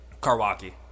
Karwaki